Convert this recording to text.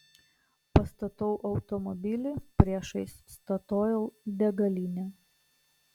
pastatau automobilį priešais statoil degalinę